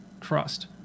trust